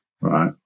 Right